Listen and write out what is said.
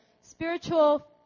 spiritual